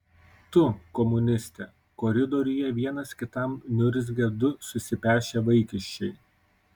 tu komuniste koridoriuje vienas kitam niurzgia du susipešę vaikiščiai